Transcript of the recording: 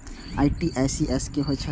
RTGS की होय छै